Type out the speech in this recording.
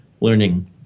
learning